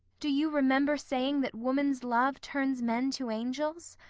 do you remember saying that women's love turns men to angels?